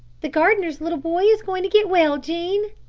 the gardener's little boy is going to get well, jean.